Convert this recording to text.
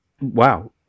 Wow